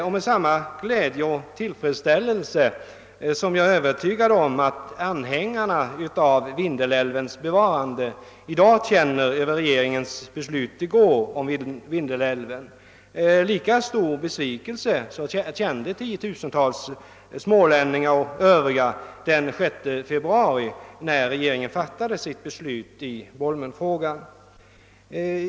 Lika stor glädje och tillfredsställelse som jag är övertygad om att anhängarna av Vindelälvens bevarande i dag känner över regeringens beslut i går, lika stor besvikelse kände tiotusentals smålänningar den 6 februari, när regeringen fattade sitt beslut i Bolmenfrågan.